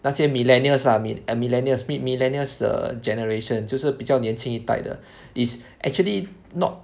那些 millennials ah mil~ eh millennials mid millennials the generation 就是比较年轻一代的 is actually not